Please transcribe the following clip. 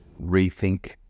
Rethink